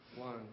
One